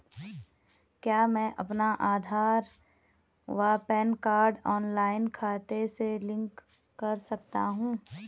क्या मैं अपना आधार व पैन कार्ड ऑनलाइन खाते से लिंक कर सकता हूँ?